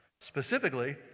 Specifically